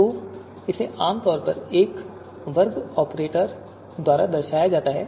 तो इसे आम तौर पर एक वर्ग ऑपरेटर द्वारा दर्शाया जाता है